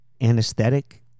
anesthetic